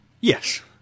Yes